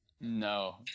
No